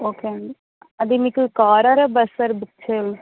okay అండి అది మీకు కార్ ఆర్ బస్ ఆ సార్ బుక్ చేయాల్సింది